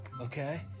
okay